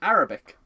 Arabic